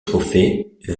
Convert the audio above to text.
trophée